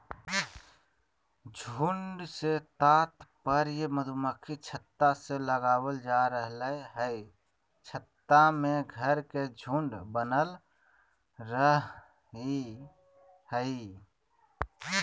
झुंड से तात्पर्य मधुमक्खी छत्ता से लगावल जा रहल हई छत्ता में घर के झुंड बनल रहई हई